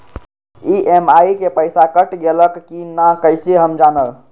EMI के पईसा कट गेलक कि ना कइसे हम जानब?